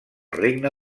regne